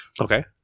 okay